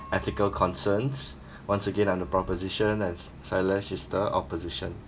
ethical concerns once again I'm the proposition and s~ silas is the opposition